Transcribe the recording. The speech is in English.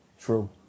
True